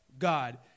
God